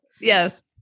Yes